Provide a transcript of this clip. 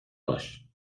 باش